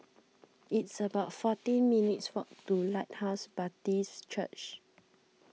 it's about fourteen minutes' walk to Lighthouse Baptist Church